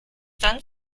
dann